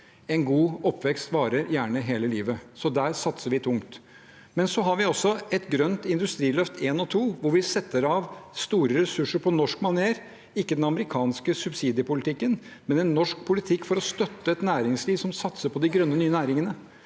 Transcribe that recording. En god oppvekst varer gjerne hele livet, så der satser vi tungt. Vi har også et grønt industriløft, nå i versjon 2.0, hvor vi setter av store ressurser på norsk maner – ikke den amerikanske subsidiepolitikken, men en norsk politikk for å støtte et næringsliv som satser på de grønne, nye næringene,